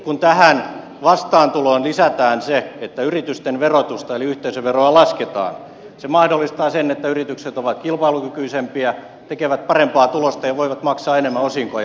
kun tähän vastaantuloon lisätään se että yritysten verotusta eli yhteisöveroa lasketaan se mahdollistaa sen että yritykset ovat kilpailukykyisempiä tekevät parempaa tulosta ja voivat maksaa enemmän osinkoja